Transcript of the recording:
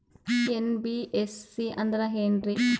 NBFC ಅಂದ್ರ ಏನ್ರೀ?